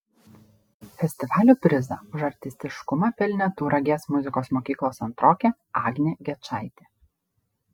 festivalio prizą už artistiškumą pelnė tauragės muzikos mokyklos antrokė agnė gečaitė